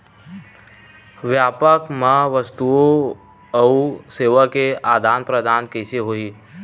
व्यापार मा वस्तुओ अउ सेवा के आदान प्रदान कइसे होही?